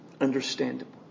understandable